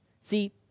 See